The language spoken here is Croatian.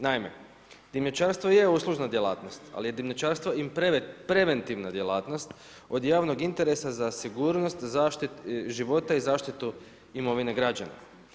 Naime, dimnjačarstvo je uslužna djelatnost ali je dimnjačarstvo i preventivna djelatnost od javnog interesa za sigurnost života i zaštitu imovine građana.